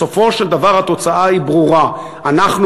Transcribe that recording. בסופו של דבר התוצאה היא ברורה: אנחנו